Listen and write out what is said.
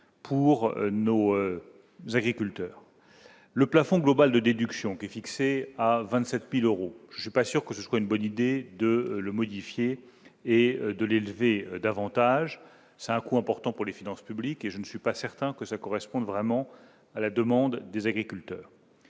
pour nos agriculteurs le plafond global de déduction qui est fixé à 27 pile : Euro : je suis pas sûr que ce soit une bonne idée de le modifier et de l'élever davantage ça coup important pour les finances publiques et je ne suis pas certain que ça corresponde vraiment à la demande des agriculteurs